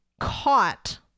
caught